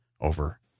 over